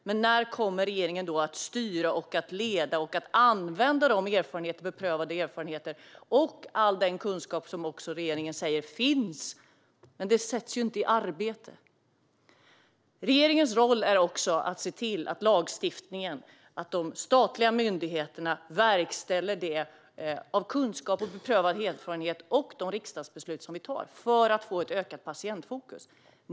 Men när kommer regeringen då att styra, leda och använda den beprövade erfarenhet och all den kunskap som regeringen säger finns? Den sätts ju inte i arbete! Regeringens roll är också att se till att de statliga myndigheterna verkställer de riksdagsbeslut som vi fattar utifrån kunskap och beprövad erfarenhet för att få ett ökat patientfokus.